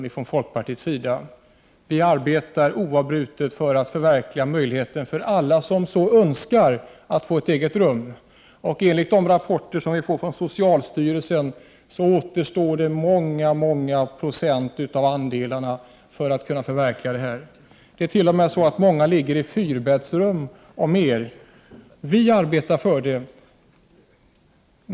Inom folkpartiet arbetar vi oavbrutet för att förverkliga, för alla som så önskar, detta att få ett eget rum. Enligt de rapporter som vi får från socialstyrelsen återstår det många, många procent av andelarna, innan det har blivit ett förverkligande. Många människor ligger t.o.m. i fyrbäddsrum eller ännu sämre. Vi arbetar vidare.